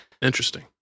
Interesting